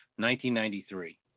1993